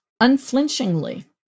unflinchingly